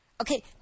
Okay